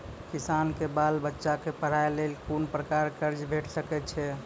किसानक बाल बच्चाक पढ़वाक लेल कून प्रकारक कर्ज भेट सकैत अछि?